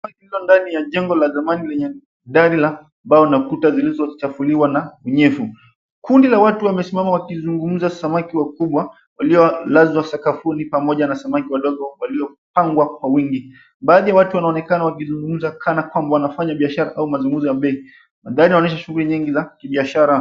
Ndani ya jengo la thamani lenye daraja, wanapata zilizochafuliwa na unyevu. Kundi la watu wamesimama wakizungumza samaki wakubwa waliolazwa sakafuni pamoja na samaki wadogo waliopangwa kwa wingi. Baadhi ya watu wanaonekana wakizungumza kana kwamba wanafanya biashara au mazungumzo ya benki. Ndani wanaonyesha shughuli nyingi za kibiashara.